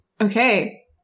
Okay